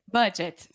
budget